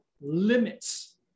limits